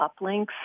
uplinks